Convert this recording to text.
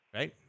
Right